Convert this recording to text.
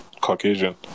Caucasian